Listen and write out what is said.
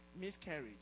Miscarriage